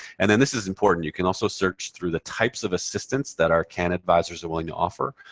and then this is important. you can also search through the types of assistance that our can advisors are willing to offer.